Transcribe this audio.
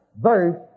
Verse